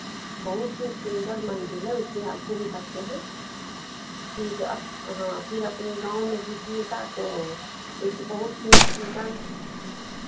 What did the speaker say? बहुत ही सुंदर मंदिर है इसमें आप घूम सकते हैं फिर हाँ फिर अपने गाँव में घुसिएगा तो एक बहुत ही सुंदर